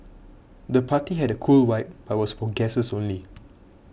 the party had a cool vibe but was for guests only